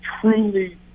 truly